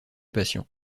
patient